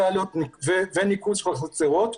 תעלות וניקוז בחצרות,